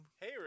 Hey